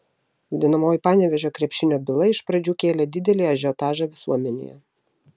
vadinamoji panevėžio krepšinio byla iš pradžių kėlė didelį ažiotažą visuomenėje